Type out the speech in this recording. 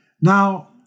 Now